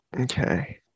okay